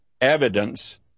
evidence